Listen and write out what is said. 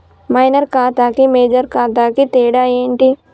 Minor ఖాతా కి major ఖాతా కి తేడా ఏంటి?